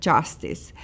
Justice